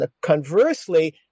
conversely